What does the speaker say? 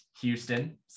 Houston